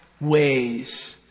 ways